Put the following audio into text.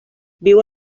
viu